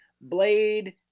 Blade